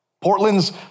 Portland's